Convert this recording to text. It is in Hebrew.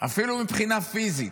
אפילו מבחינה פיזית.